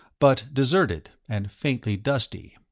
but deserted and faintly dusty.